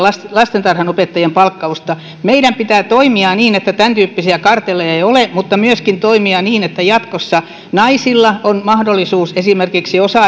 lastentarhanopettajien palkkausta meidän pitää toimia niin että tämäntyyppisiä kartelleja ei ole mutta myöskin toimia niin että jatkossa naisilla on mahdollisuus esimerkiksi osa